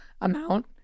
amount